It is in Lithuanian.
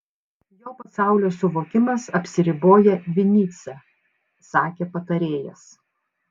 jo pasaulio suvokimas apsiriboja vinycia sakė patarėjas